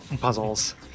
puzzles